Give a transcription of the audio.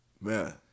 man